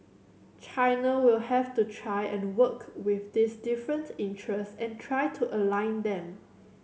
China will have to try and work with these different interest and try to align them